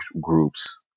groups